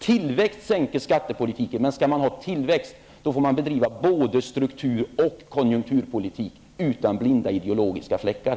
Tillväxt sänker skattetrycket, men skall man ha tillväxt får man bedriva både struktur och konjunkturpolitik utan blinda ideologiska fläckar.